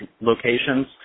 locations